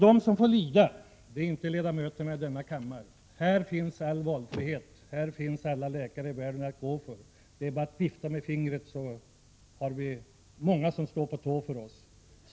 De som får lida är inte ledamöterna av denna kammare — här finns alla läkare i världen att gå till, här finns valfrihet; för oss är det bara att vifta med fingret så är det många som står på tå för oss.